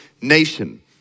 nation